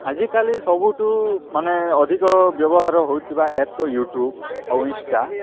ଆଜିକାଲି ସବୁଠୁ ମାନେ ଅଧିକ ବ୍ୟବହାର ହେଉଥିବା ଆପ୍ ତ ୟୁଟ୍ୟୁବ୍ ଆଉ ଇନଷ୍ଟା